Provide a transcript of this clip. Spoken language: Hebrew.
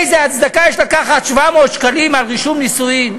איזו הצדקה יש לקחת 700 שקלים על רישום נישואים?